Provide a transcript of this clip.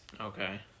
Okay